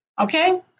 Okay